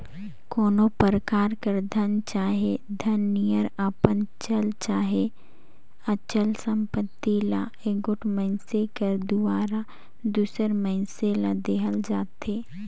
कोनो परकार कर धन चहे धन नियर अपन चल चहे अचल संपत्ति ल एगोट मइनसे कर दुवारा दूसर मइनसे ल देहल जाथे